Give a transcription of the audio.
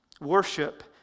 worship